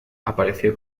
apareció